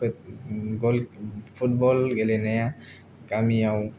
football गेलेनाया गामियाव